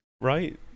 right